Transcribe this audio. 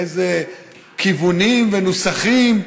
באיזה כיוונים ונוסחים,